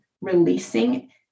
releasing